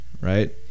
right